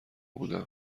بودم